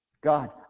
God